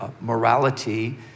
morality